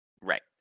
Right